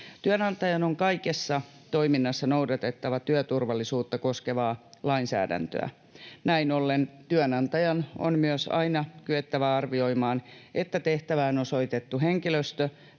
Työnantajan on kaikessa toiminnassa noudatettava työturvallisuutta koskevaa lainsäädäntöä. Näin ollen työnantajan on myös aina kyettävä arvioimaan, että tehtävään osoitettu henkilöstö